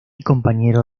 compañero